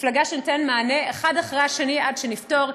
מפלגה שנותנת בהם מענה, אחד אחרי השני, עד שנפתור.